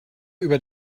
über